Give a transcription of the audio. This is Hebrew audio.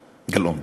גלאון,